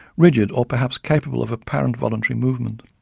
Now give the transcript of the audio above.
rigid or perhaps capable of apparent voluntary movement.